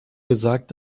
gesagt